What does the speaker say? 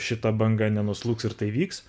šita banga nenuslūgs ir tai vyks